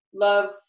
love